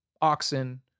oxen